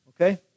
Okay